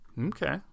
okay